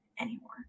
anymore